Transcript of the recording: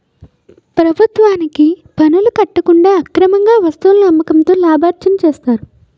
ప్రభుత్వానికి పనులు కట్టకుండా అక్రమార్గంగా వస్తువులను అమ్మకంతో లాభార్జన చేస్తారు